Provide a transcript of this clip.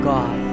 God